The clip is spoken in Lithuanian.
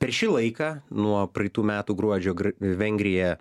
per šį laiką nuo praeitų metų gruodžio gr vengrija